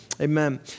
Amen